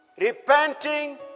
repenting